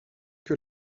que